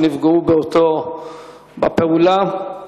שנפגעו בפעולה.